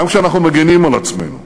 גם כשאנחנו מגינים על עצמנו,